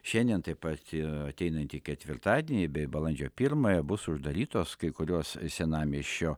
šiandien tai pat ir ateinantį ketvirtadienį bei balandžio pirmąją bus uždarytos kai kurios senamiesčio